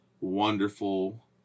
wonderful